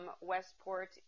Westport